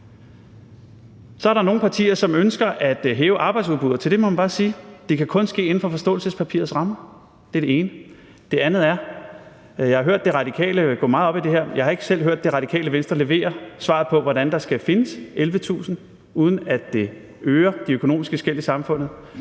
Så er der nogle partier, som ønsker at hæve arbejdsudbuddet, og til det må man bare sige, at det kun kan ske inden for forståelsespapirets rammer. Det er det ene. Det andet er: Jeg har hørt De Radikale gå meget op i det her, jeg har ikke selv hørt Det Radikale Venstre levere svaret på, hvordan der skal findes 11.000 personer, uden at det øger de økonomiske skel i samfundet,